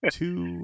two